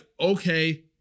okay